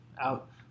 out